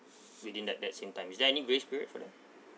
within that that same time is there any grace period for it